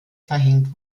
verhängt